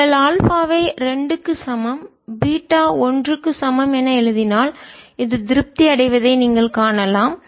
நீங்கள் ஆல்பாவை 2 க்கு சமம் பீட்டா ஒன்றுக்கு சமம் என எழுதினால் இது திருப்தி அடைவதை நீங்கள் காணலாம்